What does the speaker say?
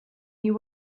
you